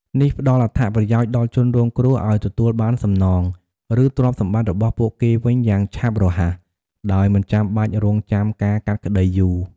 នេះផ្តល់អត្ថប្រយោជន៍ដល់ជនរងគ្រោះឲ្យទទួលបានសំណង ឬទ្រព្យសម្បត្តិរបស់ពួកគេវិញយ៉ាងឆាប់រហ័ស ដោយមិនចាំបាច់រង់ចាំការកាត់ក្តីយូរ។